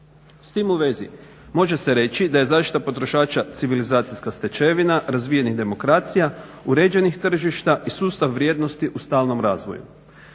S tim u vezi može se reći da je zaštita potrošača civilizacijska stečevina razvijenih demokracija, uređenih tržišta i sustav vrijednosti u stalnom razvoju.